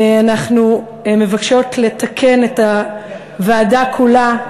אנחנו מבקשות לתקן את הוועדה כולה,